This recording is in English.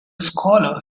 scholar